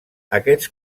aquests